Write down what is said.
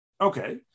Okay